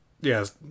Yes